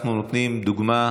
אנחנו נותנים דוגמה.